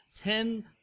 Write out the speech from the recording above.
ten